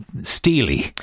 steely